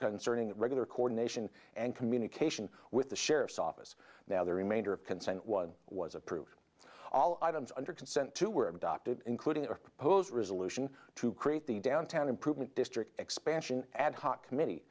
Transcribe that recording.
concerning regular coordination and communication with the sheriff's office now the remainder of consent one was approved all items under consent two were adopted including a proposed resolution to create the downtown improvement district expansion ad hoc committee